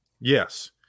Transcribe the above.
Yes